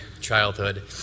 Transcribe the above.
childhood